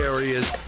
Area's